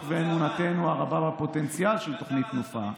ואמונתנו הרבה בפוטנציאל של תוכנית "תנופה",